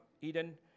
Eden